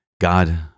God